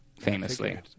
Famously